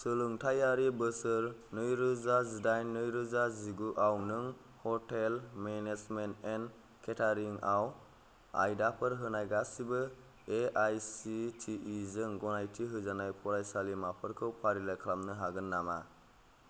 सोलोंथायरि बोसोर नैरोजा जिदाइन नैरोजा जिगुआव नों ह'टेल मेनेजमेन्ट एन्ड केटारिं आव आयदाफोर होनाय गासिबो A I C T E जों गनायथि होजानाय फरायसालिमाफोरखौ फारिलाइ खालामनो हागोन नामा